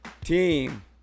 Team